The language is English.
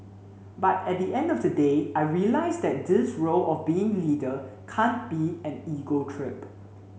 but at the end of the day I realised that this role of being leader can't be an ego trip